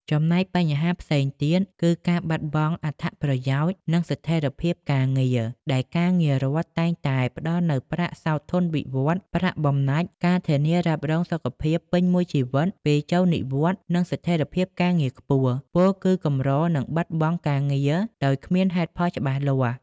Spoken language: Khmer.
ចំណែកបញ្ហាផ្សេងទៀតគឺការបាត់បង់អត្ថប្រយោជន៍ និងស្ថិរភាពការងារដែលការងាររដ្ឋតែងតែផ្តល់នូវប្រាក់សោធននិវត្តន៍ ប្រាក់បំណាច់ ការធានារ៉ាប់រងសុខភាពពេញមួយជីវិត ពេលចូលនិវត្តន៍ និងស្ថិរភាពការងារខ្ពស់ ពោលគឺកម្រនឹងបាត់បង់ការងារដោយគ្មានហេតុផលច្បាស់លាស់។